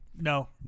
No